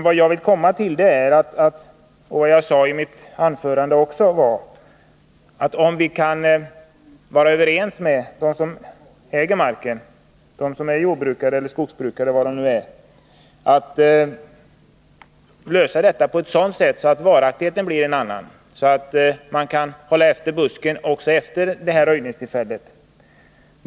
Vad jag vill komma till — vilket jag också framhöll i mitt huvudanförande — är att det är av vikt att komma överens med dem som äger marken, om de nu är jordbrukare eller skogsbrukare eller något annat, om att man skall lösa problem så att åtgärderna får varaktighet, dvs. så att buskar och sly kan hållas efter också efter röjningstillfället.